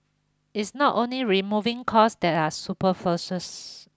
it's not only removing costs that are super forces